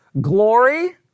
glory